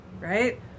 Right